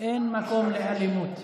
אין מקום לאלימות.